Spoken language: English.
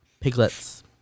piglets